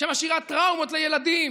שמשאירה טראומות לילדים